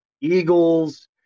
Eagles